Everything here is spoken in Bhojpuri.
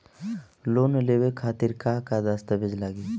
लोन लेवे खातिर का का दस्तावेज लागी?